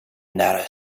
narrow